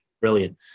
brilliant